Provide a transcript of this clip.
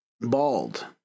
bald